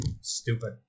Stupid